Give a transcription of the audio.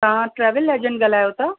तव्हां travel agent ॻाल्हायो था